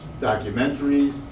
documentaries